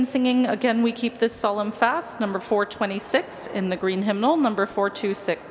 in singing again we keep the solemn fast number four twenty six in the green himno member four to six